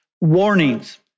warnings